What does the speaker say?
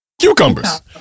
cucumbers